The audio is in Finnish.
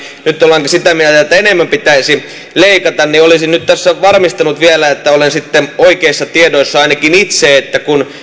nyt ollaankin sitä mieltä että enemmän pitäisi leikata olisin nyt tässä varmistanut vielä että olen sitten oikeissa tiedoissa ainakin itse kun